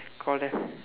call them